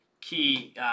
key